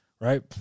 right